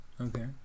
Okay